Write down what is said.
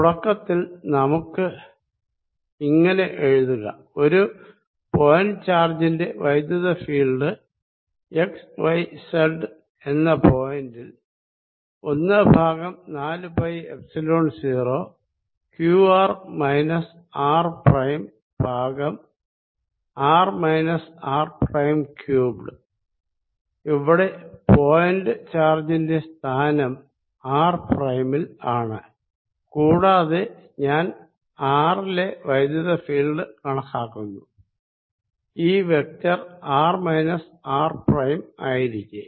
തുടക്കത്തിൽ നമുക്ക് ഇങ്ങനെ എഴുതുകഒരു പോയിന്റ് ചാർജിന്റെ ഇലക്ട്രിക്ക് ഫീൽഡ് എക്സ്വൈസെഡ് എന്ന പോയിന്റ് ൽ ഒന്ന് ഭാഗം നാല് pi epsilon 0 Q R minus R prime ഭാഗം ആർ മൈനസ്ആർ പ്രൈം ക്യൂബ്ഡ് ഇവിടെ പോയിന്റ് ചാർജിന്റെ സ്ഥാനം ആർ പ്രൈമിൽ ആണ് കൂടാതെ ഞാൻ ആർ ലെ ഇലക്ട്രിക്ക് ഫീൽഡ് കണക്കാക്കുന്നു ഈ vector R minus R prime ആയിരിക്കെ